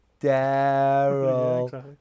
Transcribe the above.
Daryl